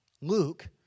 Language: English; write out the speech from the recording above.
Luke